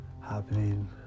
happening